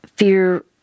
Fear